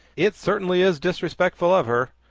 it certainly is disrespectful of her.